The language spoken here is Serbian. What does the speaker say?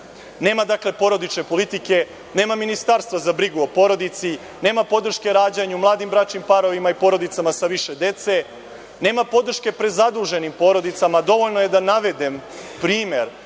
Nema, dakle, porodične politike, nema ministarstva za brigu o porodici, nema podrške rađanju, mladim bračnim parovima i porodicama sa više dece, nema podrške prezaduženim porodicama. Dovoljno je da navedem primer